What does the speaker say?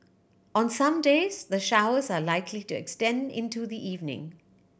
on some days the showers are likely to extend into the evening